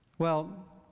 well,